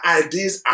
ideas